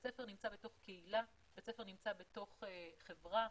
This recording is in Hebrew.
בית ספר נמצא בתוך קהילה, נמצא בתוך חברה.